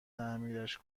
تعمیرش